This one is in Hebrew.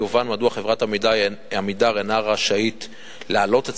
יובן מדוע חברת "עמידר" אינה רשאית להעלות את